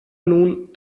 nun